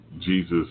Jesus